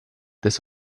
this